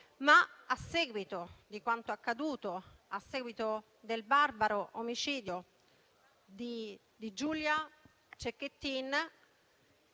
A seguito però di quanto accaduto, a seguito del barbaro omicidio di Giulia Cecchettin,